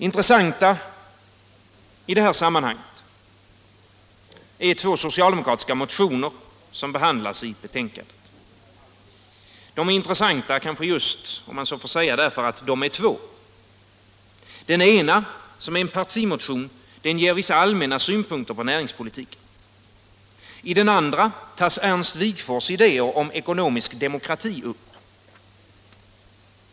Intressanta i det här sammanhanget är två socialdemokratiska motioner som behandlas i betänkandet, intressanta kanske just därför att de är två. I den ena, som är en partimotion, ges vissa allmänna synpunkter på näringspolitiken. I den andra tas Ernst Wigforss idéer om ekonomisk demokrati upp.